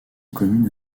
communes